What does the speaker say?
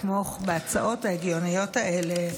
לתמוך בהצעות ההגיוניות האלה.